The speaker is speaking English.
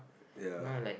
ya